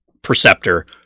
Perceptor